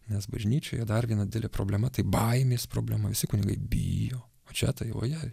nes bažnyčioje dar viena didelė problema tai baimės problema visi kunigai bijo o čia tai o jei